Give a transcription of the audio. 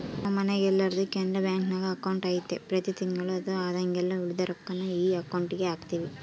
ನಮ್ಮ ಮನೆಗೆಲ್ಲರ್ದು ಕೆನರಾ ಬ್ಯಾಂಕ್ನಾಗ ಅಕೌಂಟು ಐತೆ ಪ್ರತಿ ತಿಂಗಳು ಅಥವಾ ಆದಾಗೆಲ್ಲ ಉಳಿದ ರೊಕ್ವನ್ನ ಈ ಅಕೌಂಟುಗೆಹಾಕ್ತಿವಿ